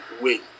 win